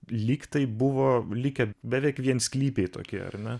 lyg tai buvo likę beveik viensklypiai tokie ar ne